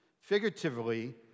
Figuratively